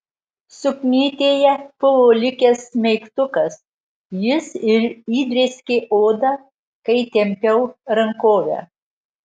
suknytėje buvo likęs smeigtukas jis ir įdrėskė odą kai tempiau rankovę